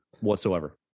whatsoever